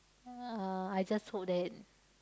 uh I just hope that